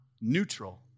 neutral